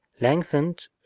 lengthened